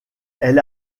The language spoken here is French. elle